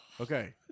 Okay